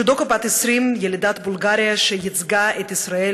ג'ודוקה בת 20 ילידת בולגריה שייצגה את ישראל